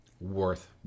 worth